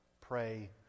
pray